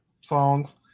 songs